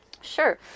sure